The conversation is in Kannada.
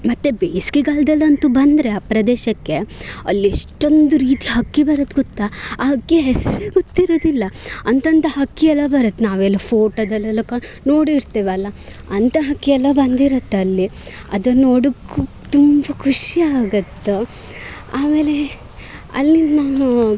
ಮತ್ತು ಬೇಸಿಗೆಗಾಲ್ದಲ್ಲಂತೂ ಬಂದರೆ ಆ ಪ್ರದೇಶಕ್ಕೆ ಅಲ್ಲೆಷ್ಟೊಂದು ರೀತಿ ಹಕ್ಕಿ ಬರುತ್ತೆ ಗೊತ್ತ ಆ ಹಕ್ಕಿ ಹೆಸರೇ ಗೊತ್ತಿರುವುದಿಲ್ಲ ಅಂತಂಥ ಹಕ್ಕಿ ಎಲ್ಲ ಬರುತ್ತೆ ನಾವೆಲ್ಲ ಫೋಟೋದಲ್ಲೆಲ್ಲ ಕ ನೋಡಿರ್ತೆವಲ್ಲ ಅಂಥ ಹಕ್ಕಿಯೆಲ್ಲ ಬಂದಿರುತ್ತಲ್ಲಿ ಅದನ್ನು ನೋಡೋಕ್ಕು ತುಂಬ ಖುಷಿ ಆಗುತ್ತೆ ಆಮೇಲೆ ಅಲ್ಲಿ ನಾನು